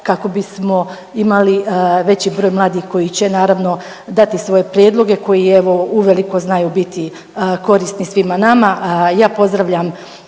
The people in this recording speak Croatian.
kako bismo imali veći broj mladih koji će naravno, dati svoje prijedloge koji evo, uveliko znaju biti korisni svima nama.